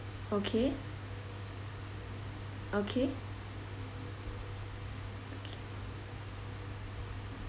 okay okay